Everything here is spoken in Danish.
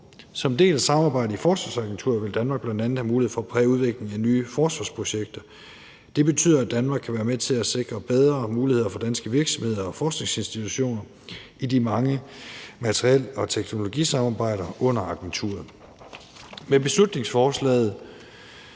Som en del af samarbejdet i forsvarsagenturet vil Danmark bl.a. have mulighed for at præge udviklingen af nye forsvarsprojekter. Det betyder, at Danmark kan være med til at sikre bedre muligheder for danske virksomheder og forskningsinstitutioner i de mange materiel- og teknologisamarbejder under agenturet. Med beslutningsforslaget